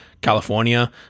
California